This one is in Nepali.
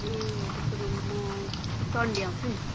ए होटेलको रुम म सन्डे आउँछु नि